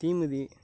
தீமிதி